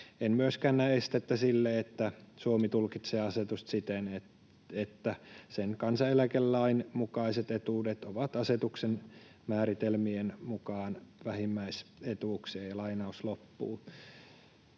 En myöskään näe estettä sille, että Suomi tulkitsee asetusta siten, että sen kansaneläkelain mukaiset etuudet ovat asetuksen määritelmien mukaan vähimmäisetuuksia.” Eli kyllä